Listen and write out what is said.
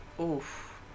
Oof